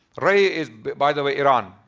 ar-rayy is by the way iran.